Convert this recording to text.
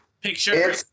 picture